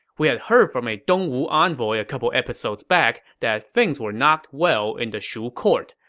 we had heard from a dongwu envoy a couple episodes back that things were not well in the shu court.